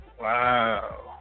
wow